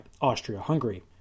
Austria-Hungary